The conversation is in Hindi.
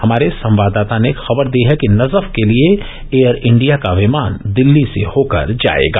हमारे संवाददाता ने खबर दी है कि नजफ के लिए एयर इंडिया का विमान दिल्ली से होकर जाएगा